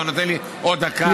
אתה נותן לי עוד דקה?